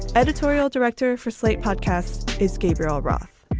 editorial director for slate podcast is gabriel roth,